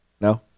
No